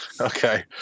Okay